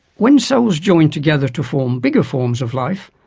when cells join together to form bigger forms of life,